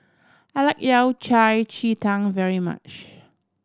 I like Yao Cai ji tang very much